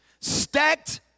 stacked